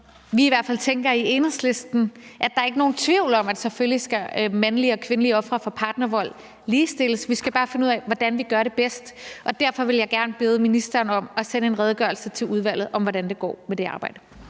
er for os i Enhedslisten i hvert fald ikke nogen tvivl om, at mandlige og kvindelige ofre for partnervold selvfølgelig skal ligestilles. Vi skal bare finde ud af, hvordan vi gør det bedst, og derfor vil jeg gerne bede ministeren om at sende en redegørelse til udvalget om, hvordan det går med det arbejde.